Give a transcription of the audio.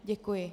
Děkuji.